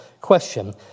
question